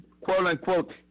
quote-unquote